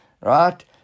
right